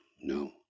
No